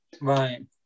right